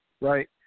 right